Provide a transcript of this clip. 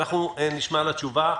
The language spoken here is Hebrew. אנחנו נשמע לה תשובה.